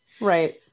Right